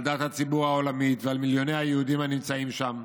על דעת הציבור העולמית ועל מיליוני היהודים הנמצאים שם,